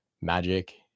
magic